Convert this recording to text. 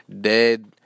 dead